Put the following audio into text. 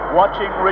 watching